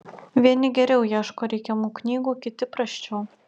vieni geriau ieško reikiamų knygų kiti prasčiau